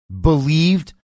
believed